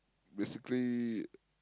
basically